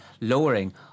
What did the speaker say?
lowering